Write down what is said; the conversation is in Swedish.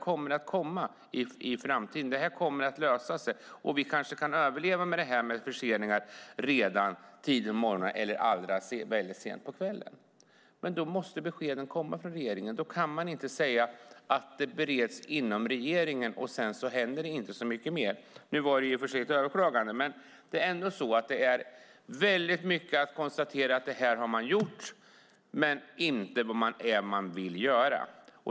Vet vi att det här kommer att lösa sig i framtiden kan vi kanske leva med förseningar redan tidigt på morgonen och väldigt sent på kvällen. Men då måste besked komma från regeringen. Då kan man inte säga att det bereds inom regeringen, och sedan händer det inte så mycket mer. Nu var det i och för sig ett överklagande, men det är ändå mycket ett konstaterande att det här har man gjort, men man säger inte vad man vill göra.